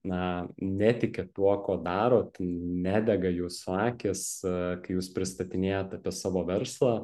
na netikit tuo kuo darot nedega jūsų akys kai jūs pristatinėjat apie savo verslą